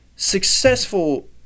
successful